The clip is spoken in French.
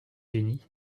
unis